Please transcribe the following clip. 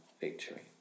victory